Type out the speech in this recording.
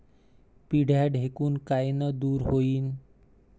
पिढ्या ढेकूण कायनं दूर होईन?